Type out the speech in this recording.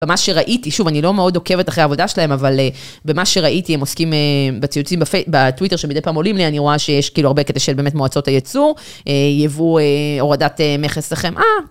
במה שראיתי, שוב אני לא מאוד עוקבת אחרי העבודה שלהם, אבל במה שראיתי הם עוסקים בציוצים בטוויטר שמדי פעם עולים לי, אני רואה שיש כאילו הרבה קטע של באמת מועצות הייצור, יבוא הורדת מכס לחם וחמאה.